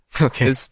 Okay